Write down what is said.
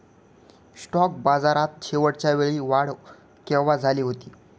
Stock बाजारात शेवटच्या वेळी वाढ केव्हा झाली होती?